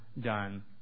done